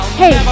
hey